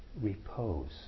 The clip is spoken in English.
repose